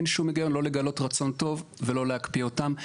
אין שום היגיון לא לגלות רצון טוב ולא להקפיא אותם,